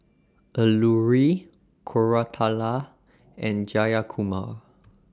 Alluri Koratala and Jayakumar